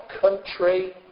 country